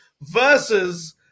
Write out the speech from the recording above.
versus